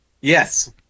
Yes